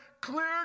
clear